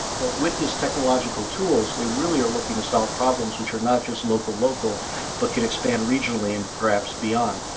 but with these technological tools, they really are looking to solve problems which are not just local-local but could expand regionally and perhaps beyond.